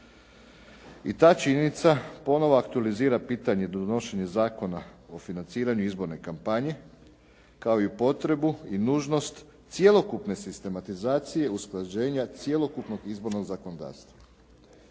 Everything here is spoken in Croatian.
i ta činjenica ponovo aktualizira pitanje donošenja Zakona o financiranju izborne kampanje kao i potrebu i nužnost cjelokupne sistematizacije, usklađenja cjelokupnog izbornog zakonodavstva.